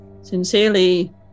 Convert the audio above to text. Sincerely